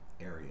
area